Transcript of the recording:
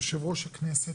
יו"ר הכנסת,